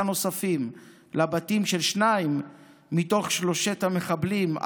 נוספים לבתים של שניים מתוך שלושת המחבלים,